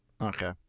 Okay